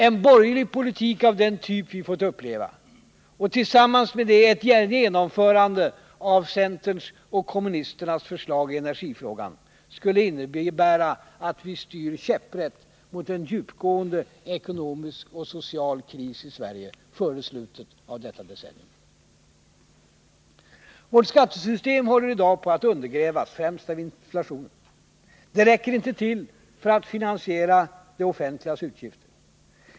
En borgerlig politik av den typ vi fått uppleva, tillsammans med ett genomförande av centerns och kommunisternas förslag i energifrågan, skulle innebära att vi styr käpprätt mot en djupgående ekonomisk och social kris i Sverige före slutet av detta decennium. Vårt skattesystem håller i dag på att undergrävas främst av inflationen. Det räcker inte till för att finansiera det offentligas utgifter.